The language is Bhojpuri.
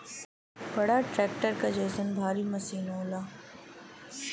बड़ा ट्रक्टर क जइसन भारी मसीन होला